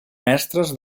mestres